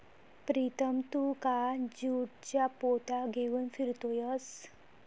प्रीतम तू का ज्यूटच्या पोत्या घेऊन फिरतोयस